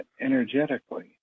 energetically